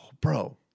bro